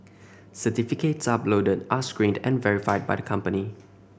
certificates uploaded are screened and verified by the company